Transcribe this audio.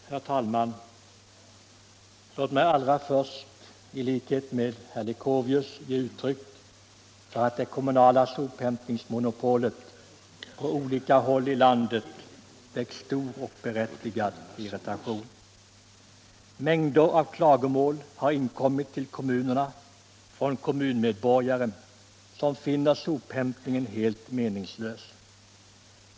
Herr talman! Låt mig allra först i likhet med herr Leuchovius ge uttryck för uppfattningen att det kommunala sophämtningsmonopolet på olika håll i landet väckt stor och berättigad irritation. Mängder av klagomål har inkommit till kommunerna från kommunmedborgare som finner sophämtningen helt meningslös.